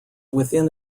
within